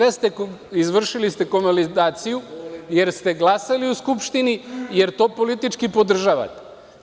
Izvršili ste konvalidaciju, jer ste glasali u Skupštini, jer to politički podržavate.